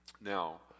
Now